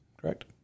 Correct